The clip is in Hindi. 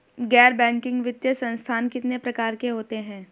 गैर बैंकिंग वित्तीय संस्थान कितने प्रकार के होते हैं?